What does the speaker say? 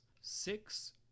six